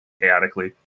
chaotically